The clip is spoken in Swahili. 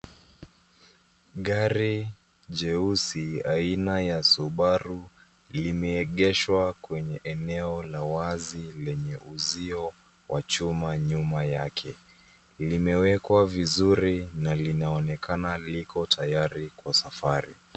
Gari jeusi aina ya Subaru limeegeshwa kwenye eneo la wazi lenye uzio wa chuma nyuma yake. Limewekwa vizuri na linaonekana liko tayari kwa safari.